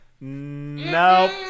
Nope